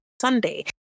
Sunday